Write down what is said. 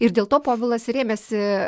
ir dėl to povilas ir ėmėsi